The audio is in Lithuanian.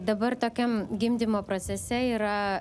dabar tokiam gimdymo procese yra